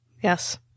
Yes